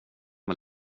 var